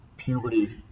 puberty